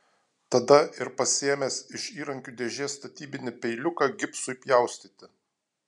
tada ir pasiėmęs iš įrankių dėžės statybinį peiliuką gipsui pjaustyti